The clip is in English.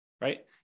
right